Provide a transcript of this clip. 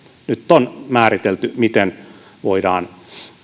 nyt on määritelty miten voidaan